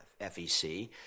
FEC